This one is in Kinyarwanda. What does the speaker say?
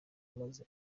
amaze